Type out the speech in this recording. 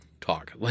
talk